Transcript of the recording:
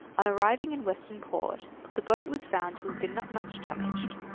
on arriving in western port the boat was found to have been not much damaged.